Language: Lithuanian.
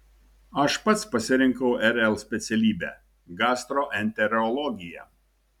aš pats pasirinkau rl specialybę gastroenterologiją